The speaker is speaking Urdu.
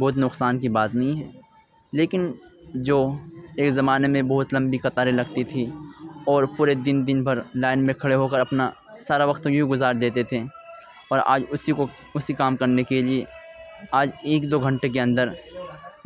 بہت نقصان کی بات نہیں ہے لیکن جو ایک زمانے میں بہت لمبی قطاریں لگتی تھی اور پورے دن دن بھر لائن میں کھڑے ہو کر اپنا سارا وقت یوں ہی گزار دیتے تھے اور آج اسی کو اسی کام کرنے کے لیے آج ایک دو گھنٹے کے اندر